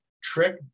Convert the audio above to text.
trick